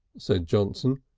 said johnson,